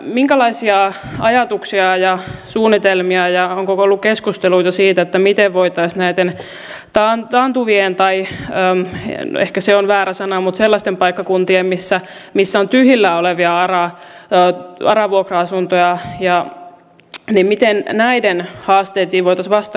minkälaisia ajatuksia ja suunnitelmia on onko ollut keskusteluita siitä miten voitaisiin näiden taantuvien tai ehkä se on väärä sana eli sellaisten paikkakuntien missä on tyhjillään olevia ara vuokra asuntoja haasteisiin vastata